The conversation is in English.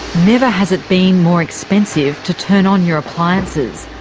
never has it been more expensive to turn on your appliances.